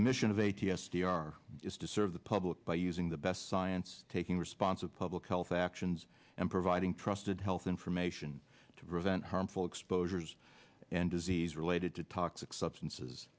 the mission of a t s d r is to serve the public by using the best science taking responsive public health actions and providing trusted health information to prevent harmful exposures and disease related to toxic substances